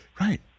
Right